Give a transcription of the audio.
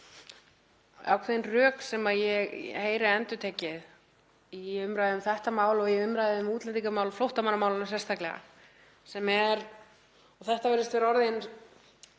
ákveðin rök sem ég heyri endurtekið í umræðu um þetta mál og í umræðu um útlendingamál, flóttamannamálin sérstaklega, og virðist vera orðin